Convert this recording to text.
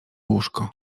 łóżko